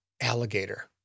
alligator